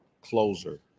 closer